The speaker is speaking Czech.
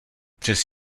přes